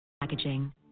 Packaging